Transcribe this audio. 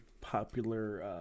popular